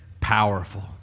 powerful